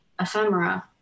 Ephemera